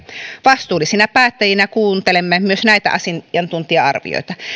vastuullisina päättäjinä kuuntelemme myös näitä asiantuntija arvioita